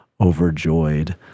overjoyed